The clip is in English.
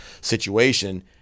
situation